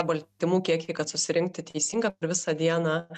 baltymų kiekį kad susirinkti teisingą ir visą dieną